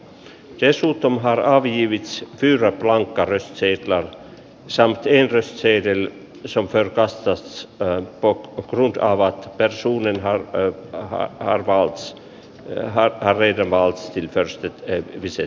result tomuttaa viivi zephyr lauk karisti ladut saatiin rseedel solfer rastas rambo likaavat pesuun ihan pöytään valts mihelhan riitä vaan silfers ei avkunnas